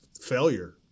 failure